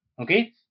Okay